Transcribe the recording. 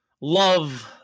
love